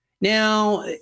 Now